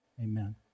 amen